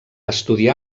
estudiar